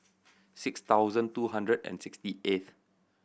six thousand two hundred and sixty eighth